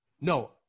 No